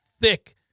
thick